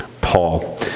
Paul